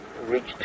reached